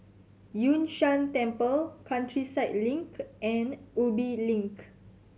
Yun Shan Temple Countryside Link and Ubi Link